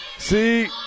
See